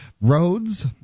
roads